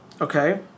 Okay